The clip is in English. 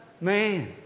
man